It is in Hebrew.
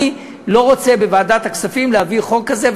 אני לא רוצה בוועדת הכספים להביא חוק כזה.